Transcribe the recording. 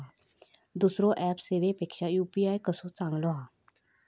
दुसरो ऍप सेवेपेक्षा यू.पी.आय कसो चांगलो हा?